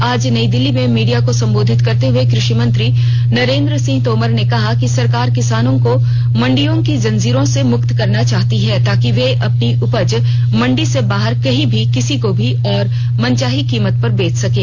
आज नई दिल्ली में मीडिया को संबोधित करते हुए कृषि मंत्री नरेन्द्र सिंह तोमर ने कहा कि सरकार किसानों को मंडियों की जंजीरों से मुक्त कराना चाहती है ताकि वे अपनी उपज मंडी से बाहर कहीं भी किसी को भी और मनचाही कीमत पर बेच सकें